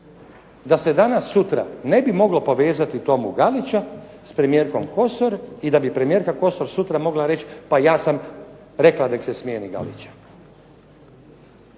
da se danas sutra ne bi moglo povezati Tomu Galića s premijerkom Kosor i da bi premijerka Kosor sutra mogla reći pa ja sam rekla nek se smijeni Galića.